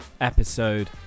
episode